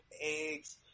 eggs